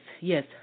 yes